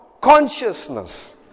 consciousness